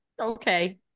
Okay